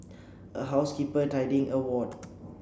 a housekeeper tidying a ward